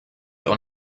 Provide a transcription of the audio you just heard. auch